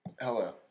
Hello